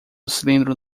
cilindro